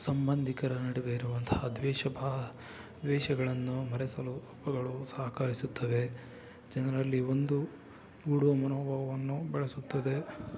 ಸಂಬಂಧಿಕರ ನಡುವೆ ಇರುವಂತಹ ದ್ವೇಷಭಾವ ದ್ವೇಷಗಳನ್ನು ಮರೆಸಲು ಹಬ್ಬಗಳು ಸಹಕರಿಸುತ್ತವೆ ಜನರಲ್ಲಿ ಒಂದುಗೂಡುವ ಮನೋಭಾವವನ್ನು ಬೆಳೆಸುತ್ತದೆ